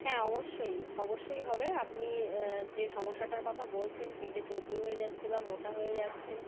হ্যাঁ অবশ্যই অবশ্যই হবে আপনি যে সমস্যাটার কথা বলছেন পেটে চর্বি হয়ে যাচ্ছে বা মোটা হয়ে যাচ্ছেন